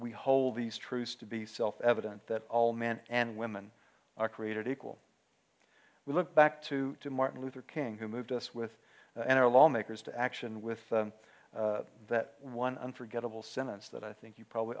we hold these truths to be self evident that all men and women are created equal we look back to martin luther king who moved us with our lawmakers to action with that one unforgettable sentence that i think you probably